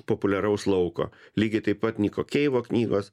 populiaraus lauko lygiai taip pat niko keivo knygos